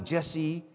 Jesse